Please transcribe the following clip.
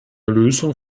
lösung